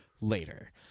later